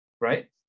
right